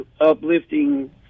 uplifting